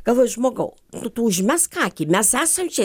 galvoju žmogau tu tu užmesk akį mes esam čia